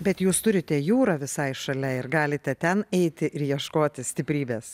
bet jūs turite jūrą visai šalia ir galite ten eiti ir ieškoti stiprybės